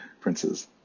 princes